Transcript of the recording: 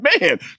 man